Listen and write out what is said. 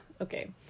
okay